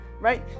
Right